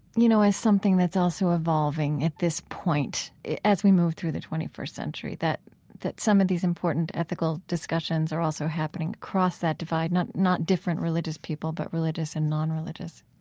you know, something that's also evolving at this point as we move through the twenty first century? that that some of these important ethical discussions are also happening across that divide, not not different religious people, but religious and nonreligious?